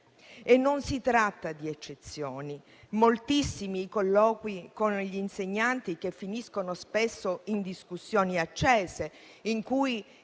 Non si tratta di eccezioni: moltissimi colloqui con gli insegnanti finiscono spesso in discussioni accese in cui